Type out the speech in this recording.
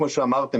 כמו שאמרתם,